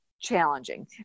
challenging